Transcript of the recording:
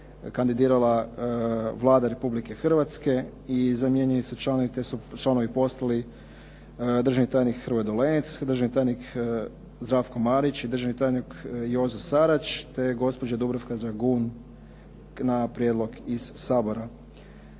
kandidirala Vlada Republike Hrvatske i zamijenjeni su članovi te su članovi postali državni tajnik Hrvoje Dolenec, državni tajnik Zdravko Marić, državni tajnik Jozo Sarač te gospođa Dubravka Dragun na prijedlog iz Sabora.